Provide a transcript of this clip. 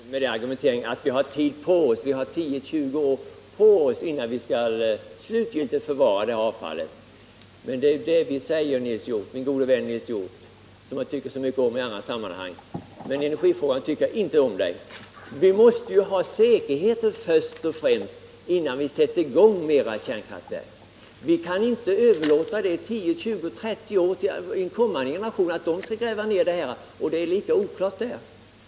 Herr talman! Socialdemokraterna har hela tiden fört energipolitiken med den argumenteringen att vi har tiden på oss, 10-20 år, innan vi skall slutgiltigt förvara avfallet. Men vi säger, min gode vän Nils Hjorth — som jag tycker så mycket om i andra sammanhang men inte i energifrågan — att vi först och främst måste ha säkerhet innan vi sätter i gång fler kärnkraftverk. Vi kan inte överlåta åt en kommande generation att om 10, 20 eller 30 år gräva ner avfallet när det är lika oklart då.